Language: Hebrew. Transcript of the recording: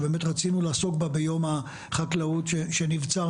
שבאמת רצינו לעסוק בה ביום החקלאות שנבצר